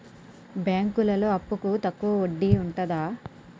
బ్యాంకులలో అప్పుకు తక్కువ వడ్డీ ఉంటదా?